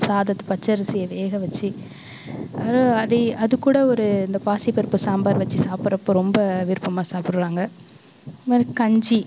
சாதத்தை பச்சரிசியை வேகவச்சு அது அதே அதுக்கூட ஒரு இந்த பாசிப்பருப்பு சாம்பார் வச்சு சாப்பிட்றப்ப ரொம்ப விருப்பமாக சாப்பிடுவாங்க அதுமாதிரி கஞ்சி